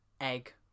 egg